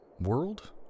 world